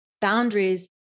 boundaries